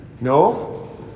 No